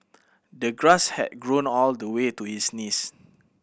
the grass had grown all the way to his knees